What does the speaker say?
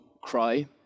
cry